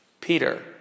Peter